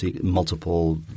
multiple